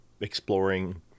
exploring